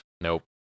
Nope